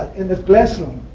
in the classroom.